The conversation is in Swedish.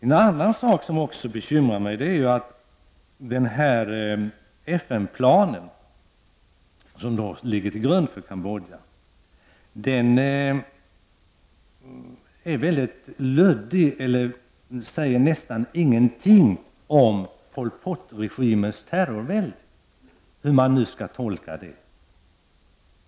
En annan fråga som bekymrar mig är att den FN plan som ligger till grund för en lösning i Cambodja nästan inte säger någonting om Pol Pot-regimens terrorvälde, hur man nu skall tolka detta.